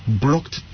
blocked